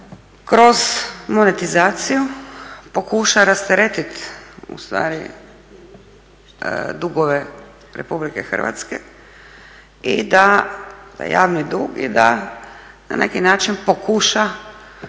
kroz monetizaciju pokuša rasteretit ustvari dugove Republike Hrvatske, javni dug i da na neki način pokuša